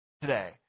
Today